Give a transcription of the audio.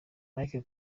mike